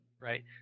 Right